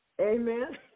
Amen